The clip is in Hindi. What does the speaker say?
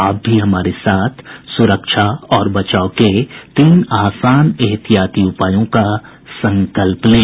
आप भी हमारे साथ सुरक्षा और बचाव के तीन आसान एहतियाती उपायों का संकल्प लें